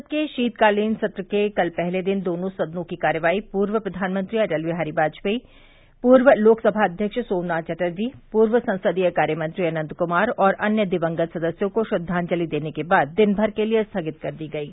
संसद के शीतकालीन सत्र के कल पहले दिन दोनों सदनों की कार्यवाही पूर्व प्रधानमंत्री अटल विहारी वाजपेयी पूर्व लोकसभा अध्यक्ष सोमनाथ चटर्जी पूर्व संसदीय कार्यमंत्री अनन्त कुमार और अन्य दिवंगत सदस्यों को श्रद्दांजलि देने के बाद दिनभर के लिए स्थगित कर दी गयी